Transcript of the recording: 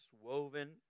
woven